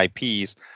IPs